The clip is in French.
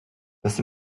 passez